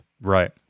right